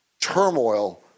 turmoil